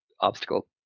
obstacle